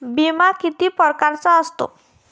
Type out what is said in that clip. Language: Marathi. बिमा किती परकारचा असतो?